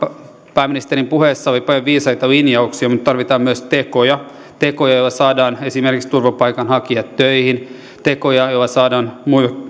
pääministerin puheessa oli paljon viisaita linjauksia mutta tarvitaan myös tekoja tekoja joilla saadaan esimerkiksi turvapaikanhakijat töihin ja tekoja joilla saadaan